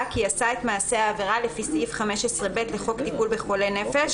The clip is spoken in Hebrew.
כי עשה את מעשה העבירה לפי סעיף 15(ב) לחוק טיפול בחולי נפש,